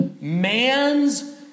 man's